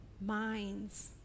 minds